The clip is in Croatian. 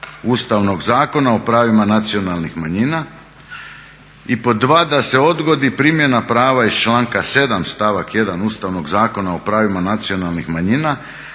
Ustavnog zakona o pravima nacionalnih manjina." I pod dva, da se odgodi primjena prava iz članka 7. stavak 1. Ustavnog zakona o pravima nacionalnih manjina